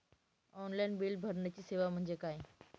Online bill भरण्याची सेवा म्हणजे काय?